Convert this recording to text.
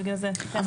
בגלל זה --- אוקיי.